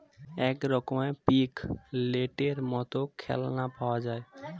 এক রকমের পিগলেটের মত খেলনা পাওয়া যায়